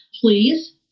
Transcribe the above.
please